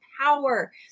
power